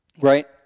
right